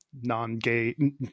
non-gay